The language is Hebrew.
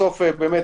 אחראית,